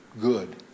good